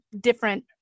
different